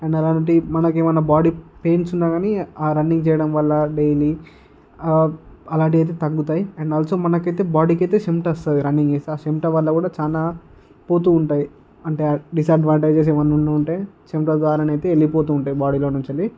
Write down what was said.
and ఎలాంటి మనకు ఏమన్నా బాడీ పెయిన్స్ ఉన్నా కానీ ఆ రన్నింగ్ చేయడం వల్ల డైలీ అలాంటి అయితే తగ్గుతాయి అండ్ ఆల్సో ఆ మనకు అయితే మన బాడీకి చెమట వస్తుంది రన్నింగ్ చేస్తే ఆ చెమట వలన కూడా చాలా పోతుంటాయి అంటే డిస్అడ్వాంటేజెస్ ఏమైన్నా ఉంటే చెమట ద్వారనైతే వెళ్ళి పోతుంటాయి బాడీలో నుంచి వెళ్ళి